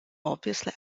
obviously